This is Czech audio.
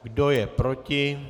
Kdo je proti?